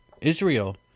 Israel